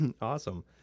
Awesome